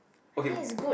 okay